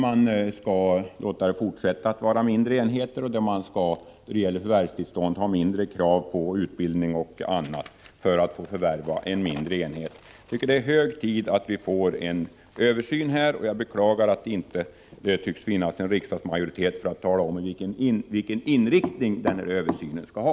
Man skall fortsätta att låta det vara mindre enheter och i samband med förvärvstillstånd ha mindre krav på utbildning o. d. för att få förvärva en mindre enhet. Jag tycker att det är hög tid att vi får en översyn, och jag beklagar att det inte tycks finnas en riksdagsmajoritet för att tala om vilken inriktning denna översyn skall ha.